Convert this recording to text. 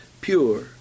pure